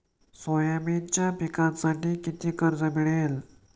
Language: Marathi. सोयाबीनच्या पिकांसाठी किती कर्ज मिळेल?